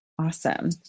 Awesome